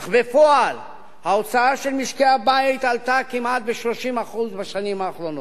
אך בפועל ההוצאה של משקי-הבית עלתה כמעט ב-30% בשנים האחרונות.